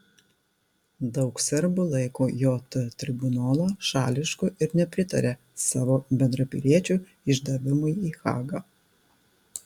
daug serbų laiko jt tribunolą šališku ir nepritaria savo bendrapiliečių išdavimui į hagą